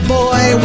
boy